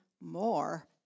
more